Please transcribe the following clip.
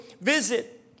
visit